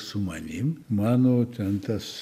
su manim mano ten tas